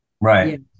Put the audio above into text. Right